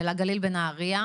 שאני הייתי בגליל בנהריה,